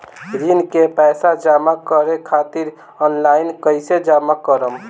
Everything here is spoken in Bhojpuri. ऋण के पैसा जमा करें खातिर ऑनलाइन कइसे जमा करम?